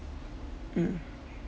mm